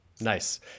Nice